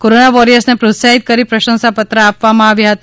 corona વોરિયર્સને પ્રોત્સાહિત કરીને પ્રશંસા પત્ર આપવામાં આવ્યા હતા